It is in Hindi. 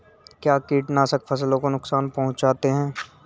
क्या कीटनाशक फसलों को नुकसान पहुँचाते हैं?